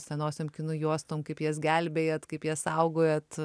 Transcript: senosiom kinų juostom kaip jas gelbėjat kaip jas saugojat